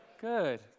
Good